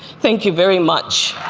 thank you very much.